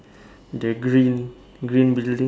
the green green building